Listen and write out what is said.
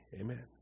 Amen